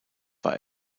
war